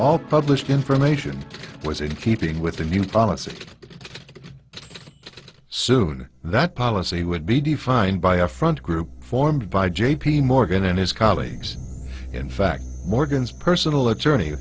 all published information was in keeping with the new policy soon that policy would be defined by a front group formed by j p morgan and his colleagues in fact morgan's personal attorney